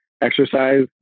exercise